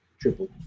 triple